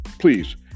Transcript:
Please